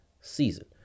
season